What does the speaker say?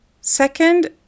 Second